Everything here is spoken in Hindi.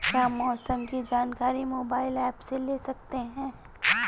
क्या मौसम की जानकारी मोबाइल ऐप से ले सकते हैं?